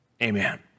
Amen